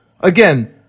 again